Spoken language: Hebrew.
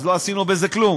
אז לא עשינו בזה כלום.